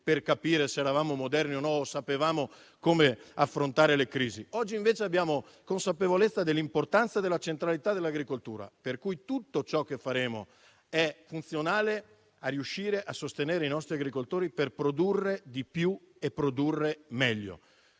per capire se eravamo moderni o no e non sapevamo come affrontare le crisi. Oggi, invece, abbiamo consapevolezza dell'importanza e della centralità dell'agricoltura, per cui tutto ciò che faremo è funzionale a riuscire a sostenere i nostri agricoltori per produrre di più e produrre meglio,